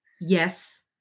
yes